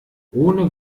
ohne